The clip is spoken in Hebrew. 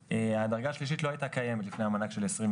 הדרגה השלישית לא הייתה קיימת לפני המענק של 2020,